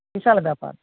বিশাল ব্যাপার